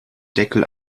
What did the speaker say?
deckel